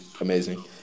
amazing